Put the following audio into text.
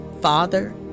Father